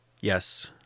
Yes